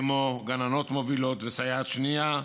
כמו גננות מובילות וסייעת שנייה,